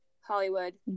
Hollywood